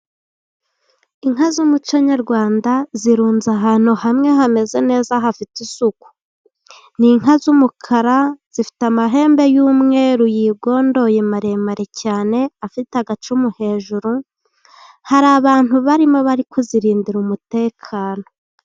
Inka z'umuco nyarwanda zirunze ahantu hamwe hameze neza hafite isuku. Ni inka z'umukara zifite amahembe y'umweru yigondoye maremare cyane, afite agacumu hejuru. Hari abantu barimo bari kuzirindira umutekano.